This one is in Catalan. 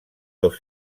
dos